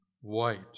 white